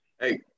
hey